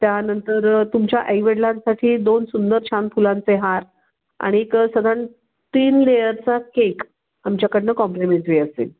त्यानंतर तुमच्या आई वडिलांसाठी दोन सुंदर छान फुलांचे हार आणि एक साधारण तीन लेयरचा केक आमच्याकडनं कॉम्प्लिमेंटरी असेल